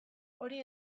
hori